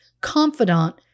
confidant